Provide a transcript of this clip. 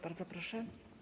Bardzo proszę.